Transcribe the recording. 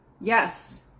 yes